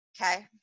Okay